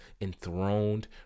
enthroned